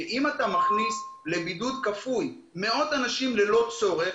אם אתה מכניס לבידוד כפוי מאות אנשים שלא לצורך,